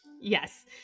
Yes